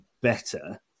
better